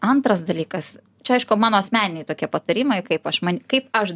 antras dalykas čia aišku mano asmeniniai tokie patarimai kaip aš man kaip aš